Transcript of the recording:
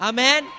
Amen